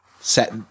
set